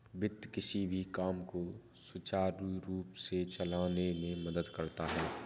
वित्त किसी भी काम को सुचारू रूप से चलाने में मदद करता है